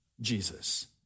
Jesus